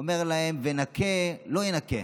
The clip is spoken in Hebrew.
אומר להם: "ונקה לא ינקה".